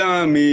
אחריתה ברורה,